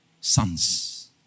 Sons